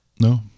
No